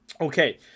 Okay